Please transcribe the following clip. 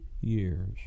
years